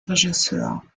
regisseur